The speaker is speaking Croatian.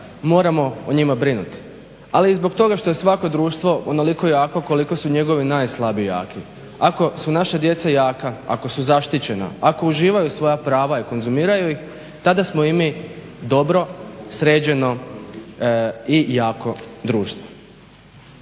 moramo o njima brinuti. Ali i zbog toga što je svako društvo onoliko jako koliko su njegovi najslabiji jaki. Ako su naša djeca jaka, ako su zaštićena, ako uživaju svoja prava i konzumiraju ih tada smo i mi dobro, sređeno i jako društvo.